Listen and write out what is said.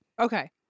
Okay